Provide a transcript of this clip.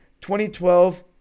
2012